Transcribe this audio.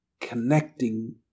connecting